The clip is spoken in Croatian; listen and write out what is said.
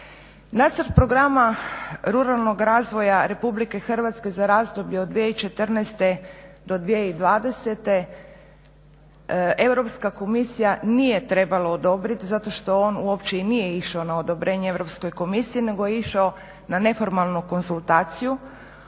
Nacrt programa ruralnog razvoja RH za razdoblje od 2014. do 2020., Europska komisija nije trebala odobriti zato što on uopće i nije išao na odobrenje Europskoj komisiji nego je išao na neformalnu konzultaciju,